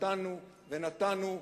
ונתנו ונתנו,